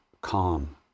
calm